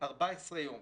14 יום,